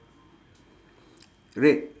red